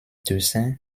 dessin